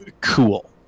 cool